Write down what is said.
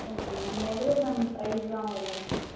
okay ma'am எவ்வளோ ma'am பிரைஸ்லாம் வரும்